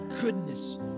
goodness